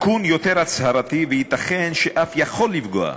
התיקון יותר הצהרתי, וייתכן שאף יכול לפגוע,